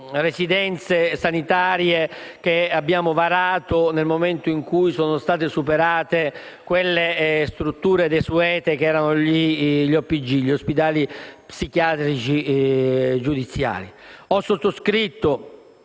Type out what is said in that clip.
residenze sanitarie che abbiamo varato nel momento in cui sono state superate quelle strutture desuete che erano gli OPG, ossia gli ospedali psichiatrici giudiziari. Ho sottoscritto